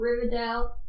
Riverdale